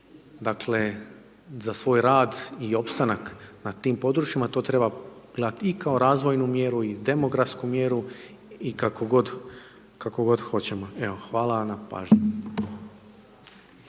dakle za svoj rad i opstanak na tim područjima, to treba gledat i kao razvojnu mjeru i demografsku mjeru i kako god hoćemo. Evo hvala vam na pažnji.